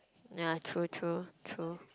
ya true true true